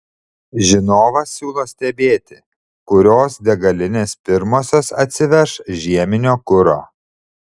žinovas siūlo stebėti kurios degalinės pirmosios atsiveš žieminio kuro